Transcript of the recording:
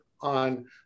on